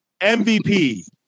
MVP